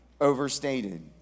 overstated